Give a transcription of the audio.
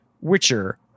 Witcher